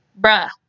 Bruh